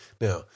Now